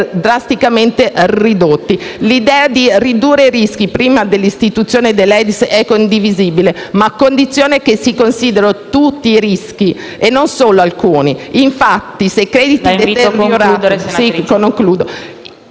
drasticamente ridotti. L'idea di ridurre i rischi prima dell'istituzione dell'EDIS è condivisibile, ma a condizione che si considerino tutti i rischi e non solo alcuni. Infatti, se i crediti deteriorati